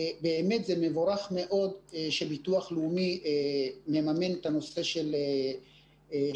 מבורך מאוד שהביטוח הלאומי מממן את הנושא של שעות